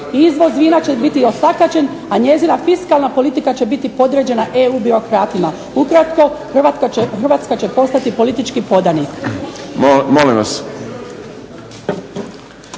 Izvoz vina će biti osakaćen, a njezina fiskalna politika će biti podređena EU birokratima. Ukratko Hrvatska će postati politički podanik".